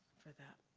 for that.